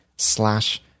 slash